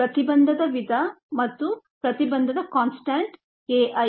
ಪ್ರತಿಬಂಧದ ವಿಧ ಮತ್ತು ಪ್ರತಿಬಂಧದ ಕಾನ್ಸ್ಟಂಟ್ k I